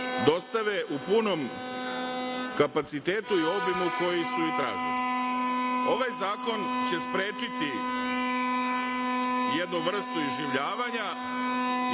dostave u punom kapacitetu i obimu u kojem su i tražene. Ovaj zakon će sprečiti jednu vrstu iživljavanja